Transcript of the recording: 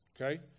okay